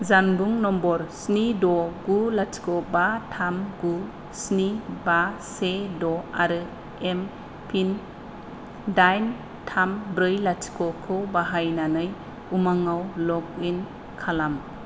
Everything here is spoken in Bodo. जानबुं नम्बर स्नि द' गु लाथिख' बा थाम गु स्नि बा से द' आरो एम पिन दाइन थाम ब्रै लाथिख'खौ बाहायनानै उमाङाव लग इन खालाम